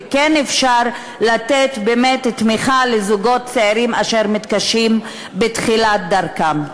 וכן לתת באמת תמיכה לזוגות צעירים אשר מתקשים בתחילת דרכם.